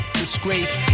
disgrace